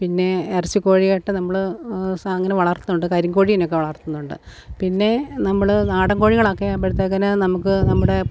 പിന്നെ ഇറച്ചി കോഴിയായിട്ട് നമ്മള് അങ്ങനെ വളർത്തുന്നുണ്ട് കരിങ്കോഴീനെ ഒക്കെ വളർത്തുന്നുണ്ട് പിന്നെ നമ്മള് നാടൻ കോഴികളൊക്കെ ആവുമ്പഴത്തേക്കിന് നമുക്ക് നമ്മുടെ